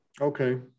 Okay